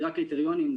קריטריונים.